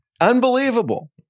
Unbelievable